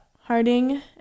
Harding